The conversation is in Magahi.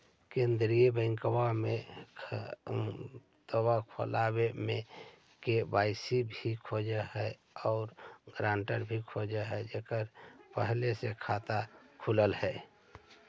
केंद्रीय बैंकवा मे खतवा खोलावे मे के.वाई.सी खोज है और ग्रांटर भी खोज है जेकर पहले से खाता खुलल है?